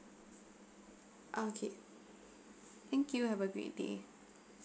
okay thank you have a great day